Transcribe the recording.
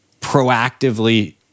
proactively